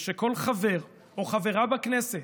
ושכל חבר או חברה בכנסת,